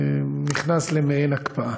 נכנס למעין הקפאה.